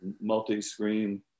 multi-screen